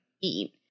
eat